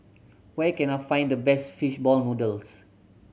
where can I find the best fish ball noodles